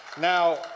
Now